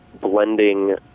blending